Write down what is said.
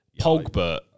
Pogba